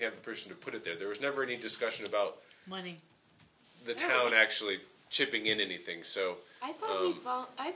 the person to put it there there was never any discussion about money i don't actually chipping in anything so i